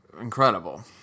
Incredible